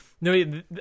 No